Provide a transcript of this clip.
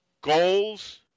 Goals